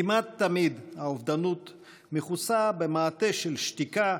כמעט תמיד האובדנות מכוסה במעטה של שתיקה,